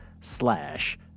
slash